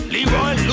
Leroy